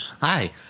Hi